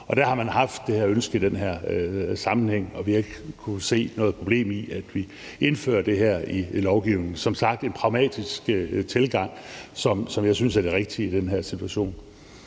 Og der har man haft det her ønske i den her sammenhæng, og vi har ikke kunnet se noget problem i, at vi indfører det her i lovgivningen – som sagt en pragmatisk tilgang, som jeg synes er det rigtige i den her situation.